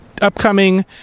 upcoming